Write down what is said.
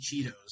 Cheetos